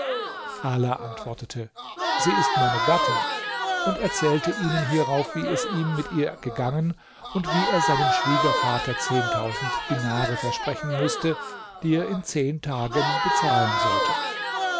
ala antwortete sie ist meine gattin und erzählte ihnen hierauf wie es ihm mit ihr gegangen und wie er seinem schwiegervater zehntausend dinare versprechen mußte die er in zehn tagen zahlen sollte